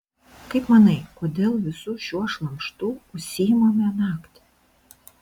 kaip manai kodėl visu šiuo šlamštu užsiimame naktį